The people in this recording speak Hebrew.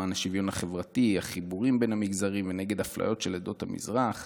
למען השוויון החברתי והחיבורים בין המגזרים ונגד אפליות של עדות המזרח.